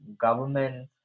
government